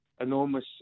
enormous